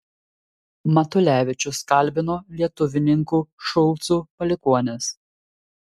matulevičius kalbino lietuvininkų šulcų palikuonis